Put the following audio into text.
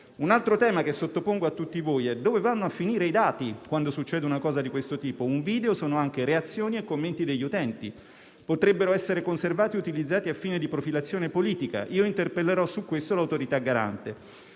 Un altro tema che sottopongo a tutti voi è il seguente: dove vanno a finire i dati quando succede una cosa di questo tipo? Un video contiene anche reazioni e commenti degli utenti, che potrebbero essere conservati ed utilizzati a fini di profilazione politica. Interpellerò in merito l'Autorità garante.